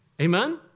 Amen